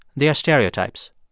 they are stereotypes.